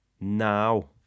now